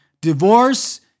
Divorce